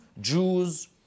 Jews